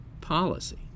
policy